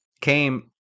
came